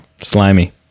Slimy